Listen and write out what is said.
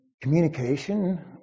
communication